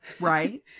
right